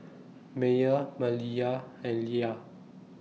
Meyer Maliyah and Ilah